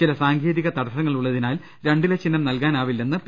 ചില സാങ്കേതിക തടസ്സങ്ങളുള്ളതിനാൽ രണ്ടില ചിഹ്നം നൽകാനാവില്ലെന്ന് പി